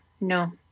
no